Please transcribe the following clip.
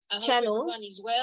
channels